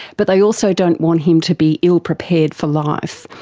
but they also don't want him to be ill prepared for life.